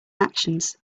actions